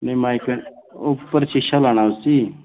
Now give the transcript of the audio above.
नेईं माइका उप्पर शीशा लाना उसी